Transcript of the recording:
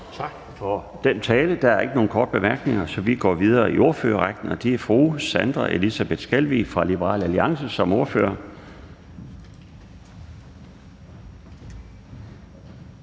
Tak for den tale. Der er ikke nogen korte bemærkninger, så vi går videre i ordførerrækken, og det er nu fru Sandra Elisabeth Skalvig fra Liberal Alliance som ordfører.